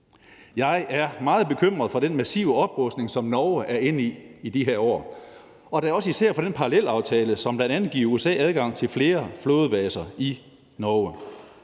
Jeg er meget bekymret for den massive oprustning, som Norge er inde i i de her år, og da også især for den parallelaftale, som bl.a. vil give USA adgang til flere flådebaser i Norge.